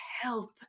help